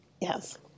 Yes